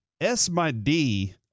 S-my-D